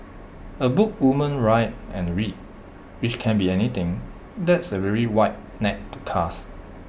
A book women write and read which can be anything that's A really wide net to cast